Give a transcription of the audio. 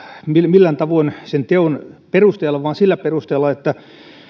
millään tavoin sen teon perusteella vaan sillä perusteella